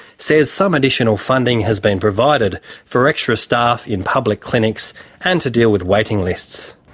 says some additional funding has been provided for extra staff in public clinics and to deal with waiting lists.